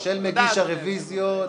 תודה, אדוני היושב-ראש.